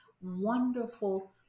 wonderful